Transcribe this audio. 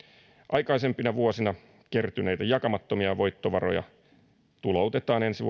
aikaisempina vuosina kertyneitä jakamattomia voittovaroja tuloutetaan ensi